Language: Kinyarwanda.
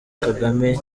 kagame